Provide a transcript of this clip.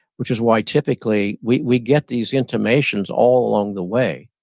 which is why typically, we we get these intimations all along the way.